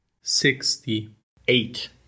Sixty-eight